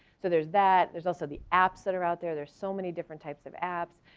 so there's that, there's also the apps that are out there, there's so many different types of apps.